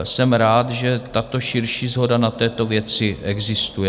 Jsem rád, že tato širší shoda na této věci existuje.